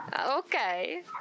Okay